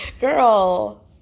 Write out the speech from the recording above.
girl